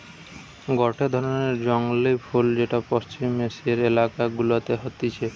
গটে ধরণের জংলী ফুল যেটা পশ্চিম এশিয়ার এলাকা গুলাতে হতিছে